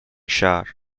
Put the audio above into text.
shower